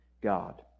God